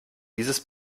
dieses